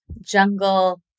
jungle